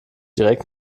direkt